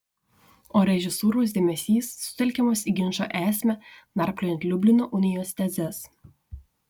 o režisūros dėmesys sutelkiamas į ginčo esmę narpliojant liublino unijos tezes